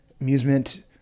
amusement